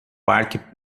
parque